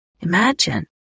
Imagine